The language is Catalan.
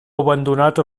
abandonat